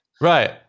Right